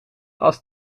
als